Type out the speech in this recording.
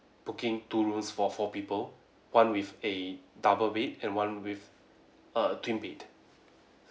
booking two rooms for four people one with a double bed and one with a twin bed